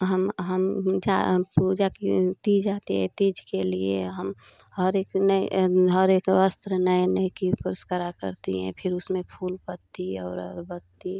हम हम जा पूजा किए तीजा ते तीज के लिए हम हर एक नए हर एक वस्त्र नए नए करा करती हैं फिर उसमें फूल पत्ती और अगरबत्ती